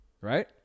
Right